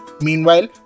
Meanwhile